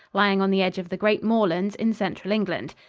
lying on the edge of the great moorlands in central england.